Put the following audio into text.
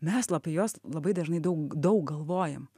mes apie juos labai dažnai daug daug galvojam